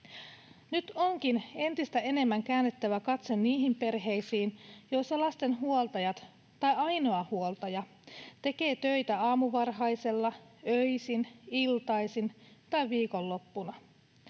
Nyt onkin entistä enemmän käännettävä katse niihin perheisiin, joissa lasten huoltajat — tai ainoa huoltaja — tekevät töitä aamuvarhaisella, öisin, iltaisin tai viikonloppuna.